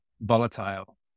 volatile